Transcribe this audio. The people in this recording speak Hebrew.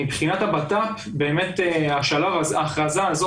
מבחינת הבט"פ ההכרזה הזו,